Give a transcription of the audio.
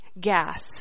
gas